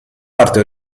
parte